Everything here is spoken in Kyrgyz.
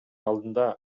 алдындагы